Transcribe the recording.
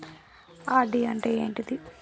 RD అంటే ఏంటిది?